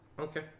Okay